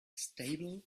stable